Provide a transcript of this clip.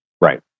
right